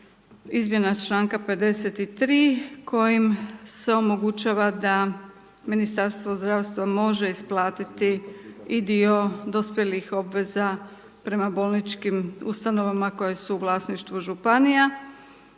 izmjena člankom 53. kojim se omogućava da Ministarstvo zdravstva može isplatiti i dio dospjelih obveza prema bolničkim ustanovama, koje su u vlasništvu županija,